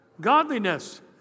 godliness